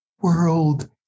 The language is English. world